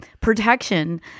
protection